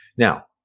Now